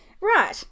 Right